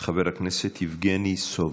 חבר הכנסת יבגני סובה.